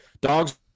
dogs